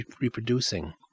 reproducing